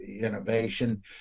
innovation